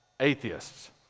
atheists